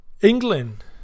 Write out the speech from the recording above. England